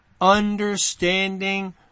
understanding